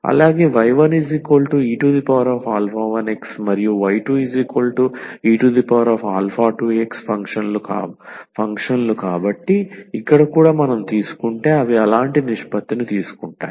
అలాగే y1e1x మరియు y2e2x ఫంక్షన్లు కాబట్టి ఇక్కడ కూడా మనం తీసుకుంటే అవి అలాంటి నిష్పత్తిని తీసుకుంటాయి